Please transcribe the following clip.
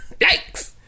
yikes